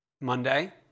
Monday